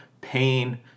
pain